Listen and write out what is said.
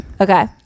Okay